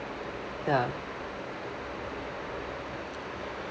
ya